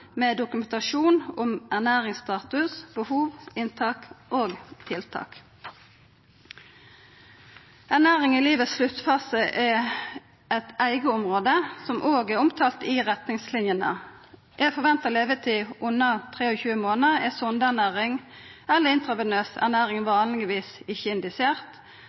med dokumentasjon om ernæringsstatus, behov, inntak og tiltak. Ernæring i livets sluttfase er eit eige område, som òg er omtalt i retningslinjene. Er forventa levetid under 23 månader, er sondeernæring eller intravenøs ernæring vanlegvis ikkje indisert.